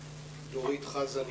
של החינוך הציבורי שעובדות במשרד החינוך